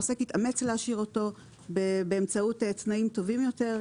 העוסק יתאמץ להשאיר אותו באמצעות תנאים טובים יותר,